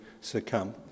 succumb